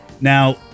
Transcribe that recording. Now